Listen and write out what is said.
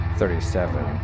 thirty-seven